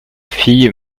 fille